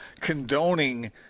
condoning